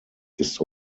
ist